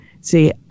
see